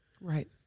right